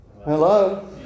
Hello